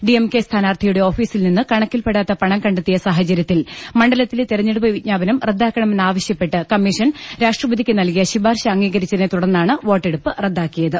D M K സ്ഥാനാർത്ഥിയുടെ ഓഫീ സിൽ നിന്ന് കണക്കിൽപ്പെടാത്ത പണം കണ്ടെത്തിയ സാഹചര്യത്തിൽ മണ്ഡലത്തിലെ തെരഞ്ഞെടുപ്പ് വിജ്ഞാപനം റദ്ദാക്കണമെന്നാവശൃപ്പെട്ട് കമ്മീഷൻ രാഷ്ട്രപതിക്ക് നൽകിയ ശുപാർശ അംഗീകരിച്ചതിനെ തുടർന്നാണ് വോട്ടെടുപ്പ് റദ്ദാക്കിയത്